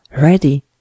Ready